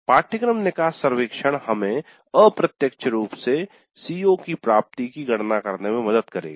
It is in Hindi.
पाठ्यक्रम निकास सर्वेक्षण हमें अप्रत्यक्ष रूप से CO की प्राप्ति की गणना करने में मदद करेगा